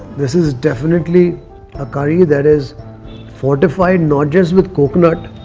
this is definitely a curry that is fortified not just with coconut.